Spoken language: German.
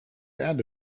erde